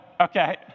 Okay